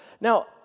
Now